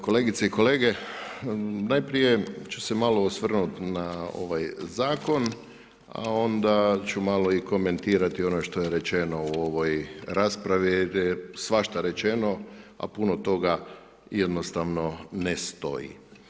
Kolegice i kolege, najprije ću se malo osvrnut na ovaj zakon, a onda ću malo i komentirati ono što je rečeno u ovoj raspravi jer je svašta rečeno, a putno toga jednostavno ne stoji.